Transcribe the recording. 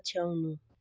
पछ्याउनु